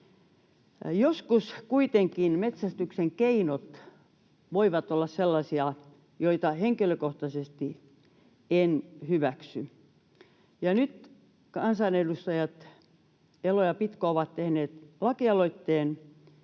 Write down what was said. Joskus kuitenkin metsästyksen keinot voivat olla sellaisia, joita henkilökohtaisesti en hyväksy, ja nyt kansanedustajat Elo ja Pitko ovat tehneet lakialoitteen,